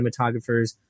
cinematographers